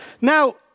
Now